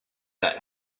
that